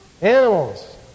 Animals